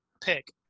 pick